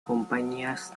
compañías